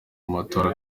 matora